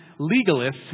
legalists